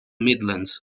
midlands